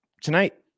Tonight